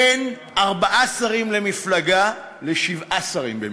בין ארבעה שרים למפלגה לשבעה שרים למפלגה,